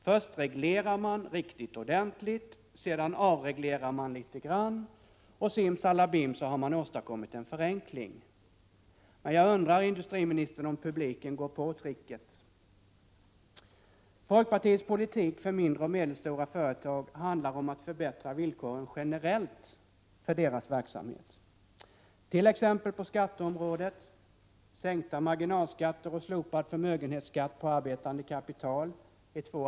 Vilken bedömning vill industriministern göra av det förhållandet? Den internationella högkonjunkturen har varit motorn i svenska företags utveckling. Behovet av att öka antalet anställda i småföretag resulterar alldeles för ofta i att nyanställningar inte kommer till stånd. Detta visar småföretagsbaromet rarna alldeles tydligt. Företagarna tror inte på framtiden med en socialistisk — Prot.